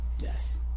Yes